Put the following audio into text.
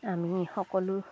আমি সকলো